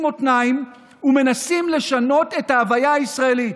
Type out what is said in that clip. מותניים ומנסים לשנות את ההוויה הישראלית.